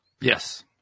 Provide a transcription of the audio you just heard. Yes